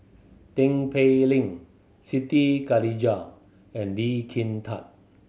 Tin Pei Ling Siti Khalijah and Lee Kin Tat